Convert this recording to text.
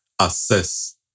assess